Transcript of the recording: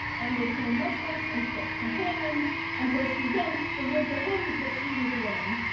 and they became mess mates and strict companions until she again revealed to him that she was a woman.